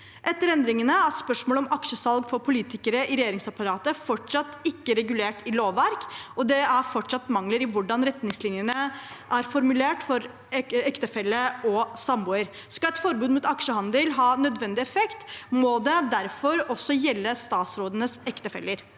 Etter endringene er spørsmålet om aksjesalg for politikere i regjeringsapparatet fortsatt ikke regulert i lovverk, og det er fortsatt mangler i hvordan retningslinje ne er formulert for ektefelle og samboer. Skal et forbud mot aksjehandel ha nødvendig effekt, må det derfor også gjelde for statsrådenes ektefeller.